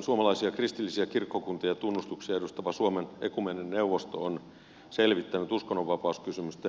suomalaisia kristillisiä kirkkokuntia ja tunnustuksia edustava suomen ekumeeninen neuvosto on selvittänyt uskonnonvapauskysymysten suhdetta suomen ulkopolitiikkaan